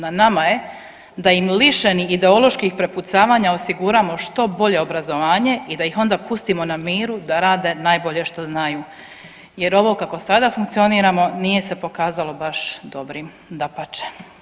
Na nama je da im lišeni ideoloških prepucavanja osiguramo što bolje obrazovanje i da ih onda pustimo na miru da rade najbolje što znaju, jer ovo kako sada funkcioniramo nije se pokazalo baš dobrim, dapače.